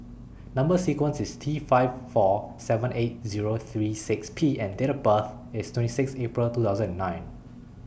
Number sequence IS T five four seven eight Zero three six P and Date of birth IS twenty six April two thousand and nine